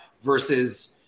versus